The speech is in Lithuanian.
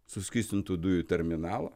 suskystintų dujų terminalą